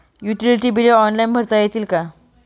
Utility बिले online भरता येतील का?